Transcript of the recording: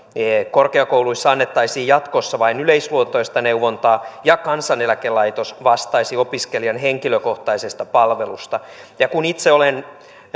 korkeakouluissa annettaisiin jatkossa vain yleisluontoista neuvontaa ja kansaneläkelaitos vastaisi opiskelijan henkilökohtaisesta palvelusta ja kun itse olen